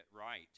right